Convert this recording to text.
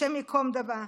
השם ייקום דמה,